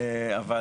אבל,